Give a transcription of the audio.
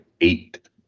eight